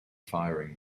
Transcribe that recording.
firing